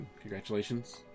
Congratulations